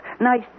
Nice